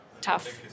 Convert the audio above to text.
tough